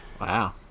Wow